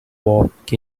walk